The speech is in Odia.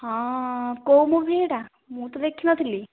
ହଁ କେଉଁ ମୁଭି ଏଟା ମୁଁ ତ ଦେଖିନଥିଲି